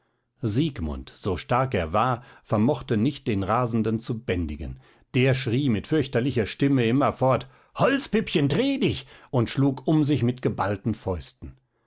siegmund so stark er war vermochte nicht den rasenden zu bändigen der schrie mit fürchterlicher stimme immerfort holzpüppchen dreh dich und schlug um sich mit geballten fäusten